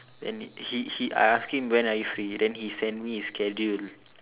and he he I ask him when are you free and then he sent me his schedule